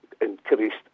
increased